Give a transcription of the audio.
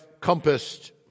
compassed